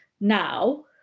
now